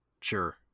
sure